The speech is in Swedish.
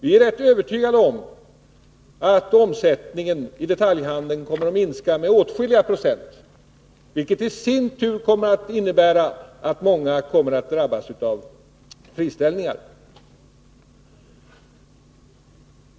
Vi är rätt övertygade om att omsättningen i detaljhandeln kommer att minska med åtskilliga procent, vilket i sin tur kommer att innebära att många kommer att drabbas av friställningar.